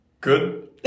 Good